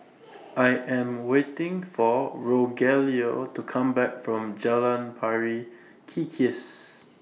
I Am waiting For Rogelio to Come Back from Jalan Pari Kikis